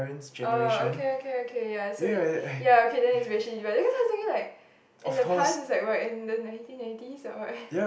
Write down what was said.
oh okay okay okay ya so it ya okay then its racial divide because I was thinking like in the past is like what in the nineteen nineties or what